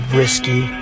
risky